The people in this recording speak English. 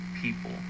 people